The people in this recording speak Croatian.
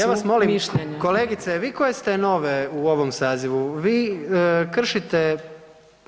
Ja vas molim kolegice, vi koje ste nove u ovoj sazivu, vi kršite